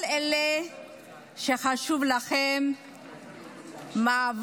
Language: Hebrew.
כל אלה שחשוב לכם מאבק,